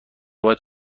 باید